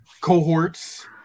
cohorts